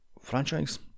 franchise